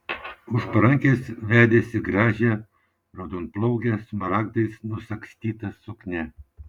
už parankės vedėsi gražią raudonplaukę smaragdais nusagstyta suknia